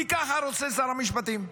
כי ככה רוצה שר המשפטים.